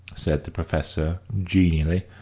said the professor, genially,